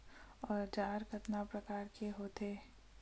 औजार कतना प्रकार के होथे?